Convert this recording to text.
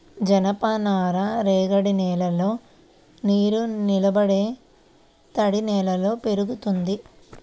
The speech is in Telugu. జనపనార రేగడి నేలల్లోను, నీరునిలబడే తడినేలల్లో పెరుగుతుంది